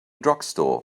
drugstore